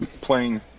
playing